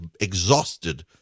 exhausted